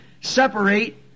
separate